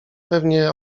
pewnie